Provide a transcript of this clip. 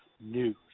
News